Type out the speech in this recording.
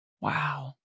Wow